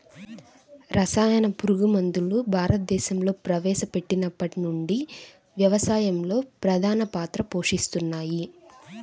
రసాయన పురుగుమందులు భారతదేశంలో ప్రవేశపెట్టినప్పటి నుండి వ్యవసాయంలో ప్రధాన పాత్ర పోషిస్తున్నాయి